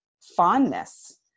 fondness